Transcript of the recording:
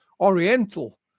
oriental